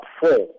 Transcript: four